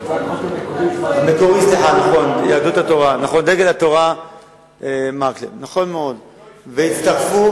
נכון, המקורית היתה מדגל התורה, והצטרפו